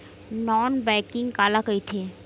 Non banking काला कइथे?